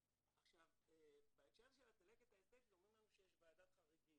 בהקשר של הצלקת האסטטית אמרו לנו שיש ועדת חריגים.